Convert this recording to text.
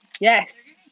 Yes